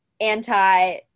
anti